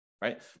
Right